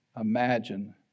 imagine